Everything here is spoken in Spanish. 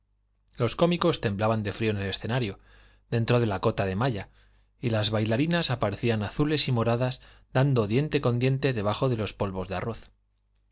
los cómicos temblaban de frío en el escenario dentro de la cota de malla y las bailarinas aparecían azules y moradas dando diente con diente debajo de los polvos de arroz